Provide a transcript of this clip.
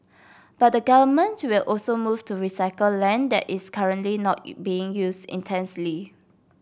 but the government will also move to recycle land that is currently not being used intensely